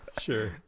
Sure